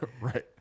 Right